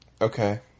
Okay